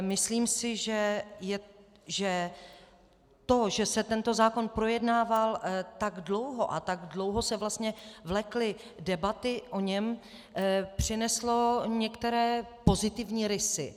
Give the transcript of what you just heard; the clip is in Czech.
Myslím si, že to, že se tento zákon projednával tak dlouho a tak dlouho se vlastně vlekly debaty o něm, přineslo některé pozitivní rysy.